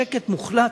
שקט מוחלט.